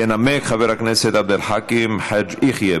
ינמק חבר הכנסת עבד אל חכים חאג' יחיא.